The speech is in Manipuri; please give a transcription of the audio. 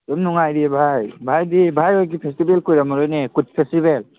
ꯑꯗꯨꯝ ꯅꯨꯡꯉꯥꯏꯔꯦꯌꯦ ꯚꯥꯏ ꯚꯥꯏꯗꯤ ꯚꯥꯏ ꯍꯣꯏꯒꯤ ꯐꯦꯁꯇꯤꯕꯦꯜ ꯀꯨꯏꯔꯝꯂꯔꯣꯅꯤ ꯀꯨꯠ ꯐꯦꯁꯇꯤꯕꯦꯜ